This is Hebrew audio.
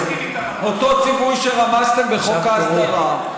אותו ציווי שרמסתם בחוק ההסדרה,